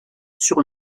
sur